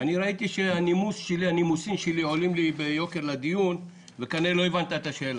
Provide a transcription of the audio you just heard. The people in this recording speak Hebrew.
אני ראיתי שהנימוסים שלי עולים לי ביוקר בדיון וכנראה לא הבנת את השאלה.